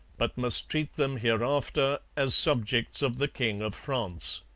but must treat them hereafter as subjects of the king of france.